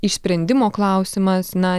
išsprendimo klausimas na